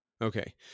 okay